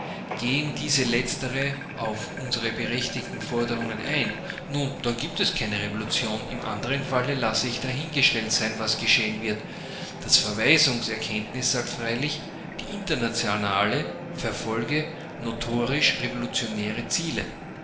gehen diese letzteren auf unsere berechtigten forderungen ein nun dann gibt es keine revolution im anderen falle lasse ich dahingestellt sein was geschehen wird das verweisungserkenntnis sagt freilich die internationale verfolge notorisch revolutionäre ziele